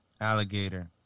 Alligator